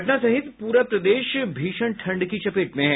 पटना सहित पूरा प्रदेश भीषण ठंड की चपेट में है